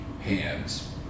hands